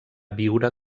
viure